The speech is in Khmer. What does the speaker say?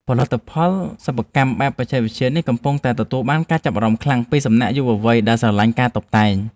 ផលិតផលសិប្បកម្មបែបបច្ចេកវិទ្យានេះកំពុងតែទទួលបានការចាប់អារម្មណ៍ខ្លាំងពីសំណាក់យុវវ័យដែលស្រឡាញ់ការតុបតែង។